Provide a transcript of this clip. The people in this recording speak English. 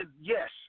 yes